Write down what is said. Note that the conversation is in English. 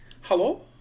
Hello